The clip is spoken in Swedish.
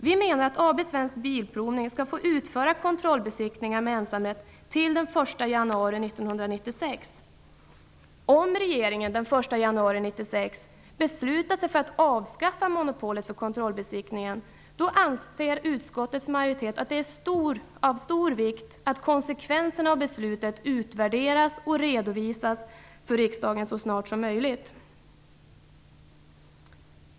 Vi menar att AB Svensk Bilprovning skall få utföra kontrollbesiktningar med ensamrätt till den 1 Om regeringen den 1 januari 1996 beslutar sig för att avskaffa monopolet för kontrollbesiktningen anser utskottets majoritet att det är av stor vikt att konsekvenserna av beslutet utvärderas och redovisas för riksdagen så snart som möjligt.